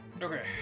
Okay